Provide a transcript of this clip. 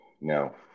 No